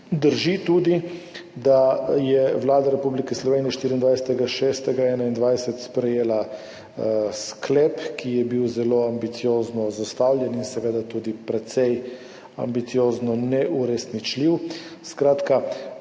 Drži tudi, da je Vlada Republike Slovenije 24. 6. 2021 sprejela sklep, ki je bil zelo ambiciozno zastavljen in seveda tudi precej ambiciozno neuresničljiv.